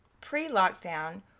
Pre-lockdown